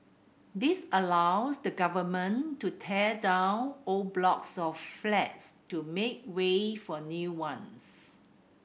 this allows the Government to tear down old blocks of flats to make way for new ones